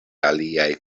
aliaj